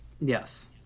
Yes